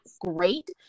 great